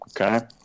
okay